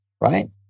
right